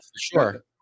sure